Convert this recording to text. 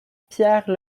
pierre